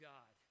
God